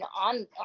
on